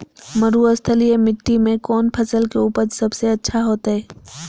मरुस्थलीय मिट्टी मैं कौन फसल के उपज सबसे अच्छा होतय?